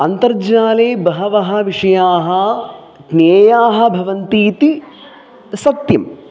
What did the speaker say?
अन्तर्जाले बहवः विषयाः ज्ञेयाः भवन्ति इति सत्यम्